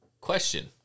Question